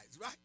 right